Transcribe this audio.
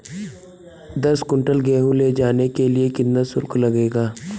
दस कुंटल गेहूँ ले जाने के लिए कितना शुल्क लगेगा?